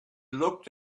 looked